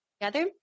together